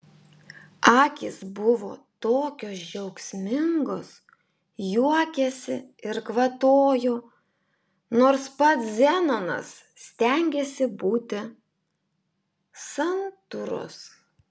akys buvo tokios džiaugsmingos juokėsi ir kvatojo nors pats zenonas stengėsi būti santūrus